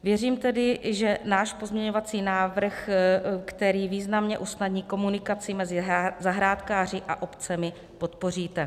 Věřím tedy, že náš pozměňovací návrh, který významně usnadní komunikaci mezi zahrádkáři a obcemi, podpoříte.